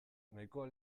nahikoa